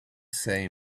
same